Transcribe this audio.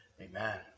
amen